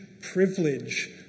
privilege